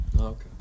Okay